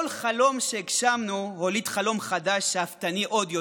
כל חלום שהגשמנו הוליד חלום חדש, שאפתני עוד יותר.